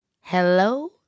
Hello